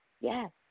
Yes